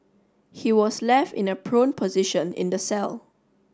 he was left in a prone position in the cell